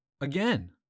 again